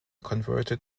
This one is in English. converted